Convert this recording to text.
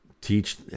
teach